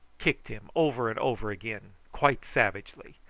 kicked him over and over again quite savagely.